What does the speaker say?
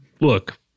look